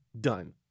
done